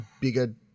bigger